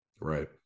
Right